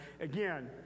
again